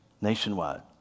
nationwide